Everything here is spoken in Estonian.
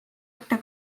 ette